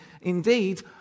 indeed